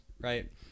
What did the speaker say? right